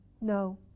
No